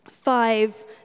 five